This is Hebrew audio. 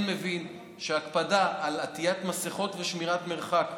מבין שהקפדה על עטיית מסכות ושמירת מרחק,